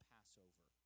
Passover